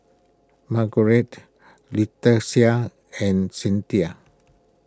Margeret Leticia and Cynthia